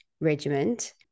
regiment